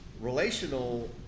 Relational